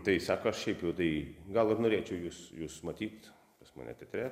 tai sako aš šiaip tai gal ir norėčiau jus jus matyt pas mane teatre